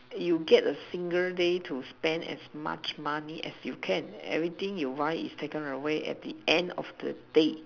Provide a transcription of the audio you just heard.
you get a single day to spend as much money as you can everything you want is taken away at the end of the day